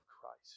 Christ